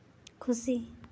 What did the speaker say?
ᱠᱷᱩᱥᱤ